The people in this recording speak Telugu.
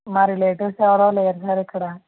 మా రిలేటీవ్స్ ఎవరు లేరు సార్ ఇక్కడ